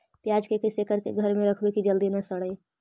प्याज के कैसे करके घर में रखबै कि जल्दी न सड़ै?